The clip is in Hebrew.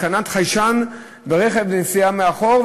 התקנת חיישן ברכב לנסיעה לאחור,